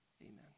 amen